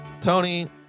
Tony